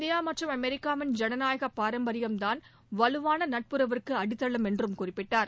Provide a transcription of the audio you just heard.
India மற்றும் அமெரிக்காவின் ஜனநாயக பாரம்பரியம் தான் வலுவான நட்புறவுக்கு அடித்தளம் என்றும் குறிப்பிட்டார்